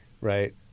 right